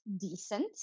decent